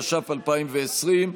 התש"ף 2020,